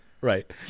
Right